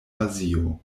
azio